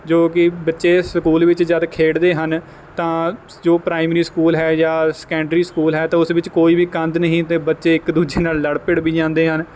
ਜੋ ਕਿ ਬੱਚੇ ਸਕੂਲ ਵਿੱਚ ਜਦੋਂ ਖੇਡਦੇ ਹਨ ਤਾਂ ਜੋ ਪ੍ਰਾਈਮਰੀ ਸਕੂਲ ਹੈ ਜਾਂ ਸੈਕੰਡਰੀ ਸਕੂਲ ਹੈ ਤਾਂ ਉਸ ਵਿੱਚ ਕੋਈ ਵੀ ਕੰਧ ਨਹੀਂ ਤਾਂ ਬੱਚੇ ਇੱਕ ਦੂਜੇ ਨਾਲ ਲੜ ਭਿੜ ਵੀ ਜਾਂਦੇ ਹਨ